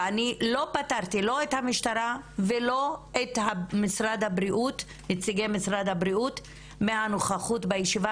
ואני לא פטרתי לא את המשטרה ולא את נציגי משרד הבריאות מהנוכחות בישיבה,